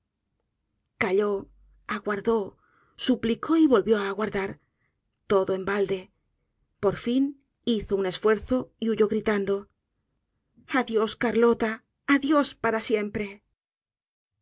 calló aguardó suplicó y volvió á aguardar todo en balde por fin hizo un esfuerzo y huyó gritando adiós carlota adiós para siempre